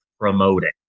promoting